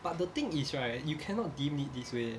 but the thing is right you cannot deem it this way